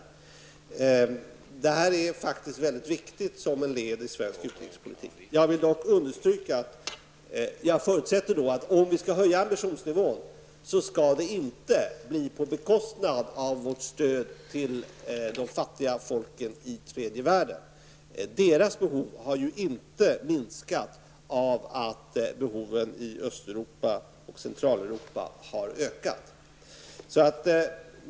Detta är faktiskt mycket viktigt som ett led i svensk utrikespolitik. Jag vill dock understryka att jag förutsätter att om vi skall höja ambitionsnivån, så skall det inte bli på bekostnad av vårt stöd till de fattiga folken i tredje världen. Deras behov har ju inte minskat av att behoven i Östeuropa och Centraleuropa har ökat.